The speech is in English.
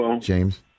James